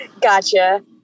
Gotcha